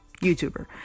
YouTuber